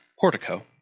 portico